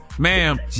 Ma'am